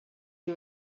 you